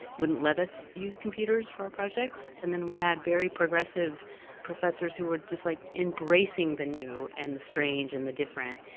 wouldn't let us use computers for our projects. and then, we had very progressive professors who were just like embracing the new, and the strange, and the different,